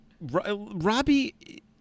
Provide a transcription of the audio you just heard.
Robbie